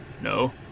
No